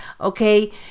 okay